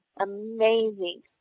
amazing